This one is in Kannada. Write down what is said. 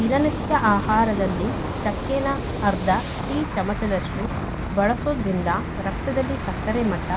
ದಿನನಿತ್ಯ ಆಹಾರದಲ್ಲಿ ಚಕ್ಕೆನ ಅರ್ಧ ಟೀ ಚಮಚದಷ್ಟು ಬಳಸೋದ್ರಿಂದ ರಕ್ತದಲ್ಲಿ ಸಕ್ಕರೆ ಮಟ್ಟ